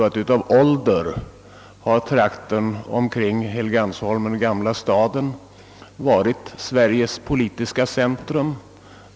Av ålder har trakten omkring Helgeandsholmen och Gamla Stan varit Sveriges politiska centrum.